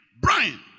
Brian